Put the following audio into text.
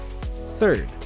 Third